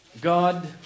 God